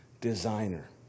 designer